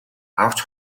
авч